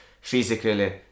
physically